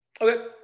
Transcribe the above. Okay